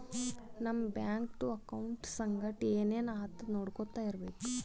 ನಮ್ ಬ್ಯಾಂಕ್ದು ಅಕೌಂಟ್ ಸಂಗಟ್ ಏನ್ ಏನ್ ಆತುದ್ ನೊಡ್ಕೊತಾ ಇರ್ಬೇಕ